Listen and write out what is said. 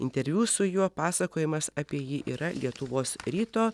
interviu su juo pasakojimas apie jį yra lietuvos ryto